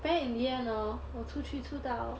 then in the end hor 我出去出到